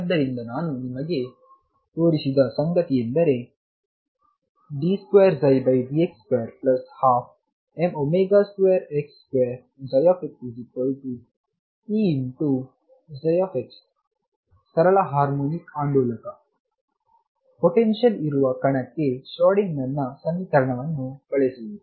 ಆದ್ದರಿಂದ ನಾನು ನಿಮಗೆ ತೋರಿಸಿದ ಸಂಗತಿಯೆಂದರೆ d2dx2 12m2x2xEψx ಸರಳ ಹಾರ್ಮೋನಿಕ್ ಆಂದೋಲಕ ಪೊಟೆನ್ಶಿಯಲ್ ಇರುವ ಕಣಕ್ಕೆ ಶ್ರೋಡಿಂಗರ್ನ ಸಮೀಕರಣವನ್ನು ಬಳಸುವುದು